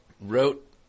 wrote